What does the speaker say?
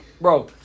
Bro